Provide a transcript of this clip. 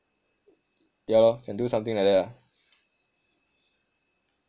yah lor can do something like that lah